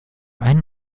einen